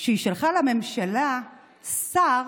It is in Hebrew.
שהיא שלחה למליאה שר